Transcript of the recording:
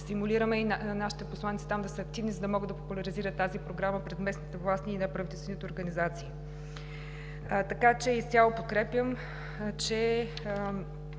и нашите посланици там да са активни, за да могат да популяризират тази Програма пред местните власти и неправителствените организации. Изцяло подкрепям, че